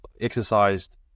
exercised